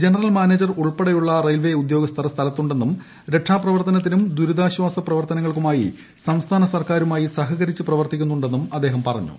general manager ഉൾപ്പെടെയുള്ള railway ഉദ്യോഗസ്ഥർ സ്ഥലത്തുണ്ടെന്നും രക്ഷാപ്രവർത്തനത്തിനും ദുരിതാശ്വാസ പ്രവർത്തനങ്ങൾക്കുമായി സംസ്ഥാന സർക്കാരുമായി സഹകരിച്ച് പ്രവർത്തിക്കുന്നുണ്ടെന്നും അദ്ദേഹം പറഞ്ഞു